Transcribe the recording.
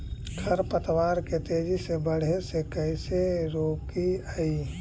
खर पतवार के तेजी से बढ़े से कैसे रोकिअइ?